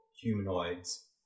humanoids